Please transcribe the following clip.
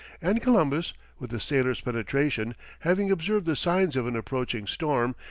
and columbus, with a sailor's penetration, having observed the signs of an approaching storm,